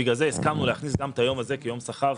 בגלל זה הסכמנו להכניס גם את היום הזה כיום שכר,